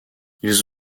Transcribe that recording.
ils